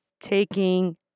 taking